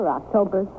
October